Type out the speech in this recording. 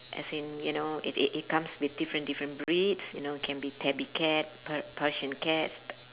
as in you know it it comes with different different breeds you know can be tabby cat persian cat